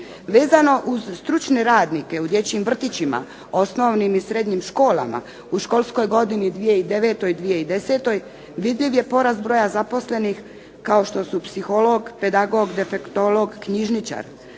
Vezano uz stručne radnike u dječjim vrtićima, osnovnim i srednjim školama u školskoj godini 2009.-2010. vidljiv je porast broja zaposlenih kao što su psiholog, pedagog, defektolog, knjižničar.